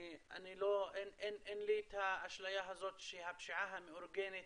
אין לי את האשליה הזאת שהפשיעה המאורגנת